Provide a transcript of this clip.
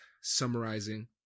summarizing